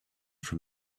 from